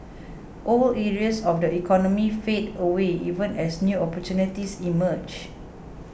old areas of the economy fade away even as new opportunities emerge